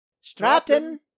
Stratton